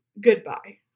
goodbye